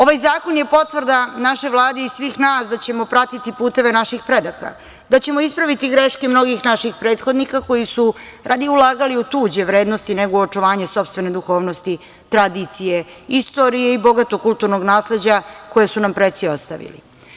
Ovaj zakon je potvrda našoj Vladi i svih nas da ćemo pratiti puteve naših predaka, da ćemo ispraviti greške mnogih naših prethodnika koji su radije ulagali u tuđe vrednosti nego u očuvanje sopstvene duhovnosti, tradicije, istorije i bogatog kulturnog nasleđa koje su nam preci ostavili.